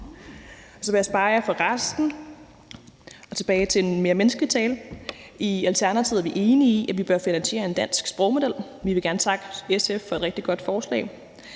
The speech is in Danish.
så vil jeg spare jer for resten og gå tilbage til en mere menneskelig tale. I Alternativet er vi enige i, at vi bør finansiere en dansk sprogmodel. Vi vil gerne takke SF for et rigtig godt forslag.